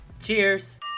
Cheers